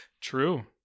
true